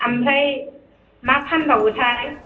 ओमफ्राय मा फानबावोथाय